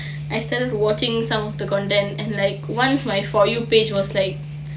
I started watching some of the content and like once my for you page was like